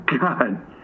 God